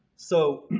so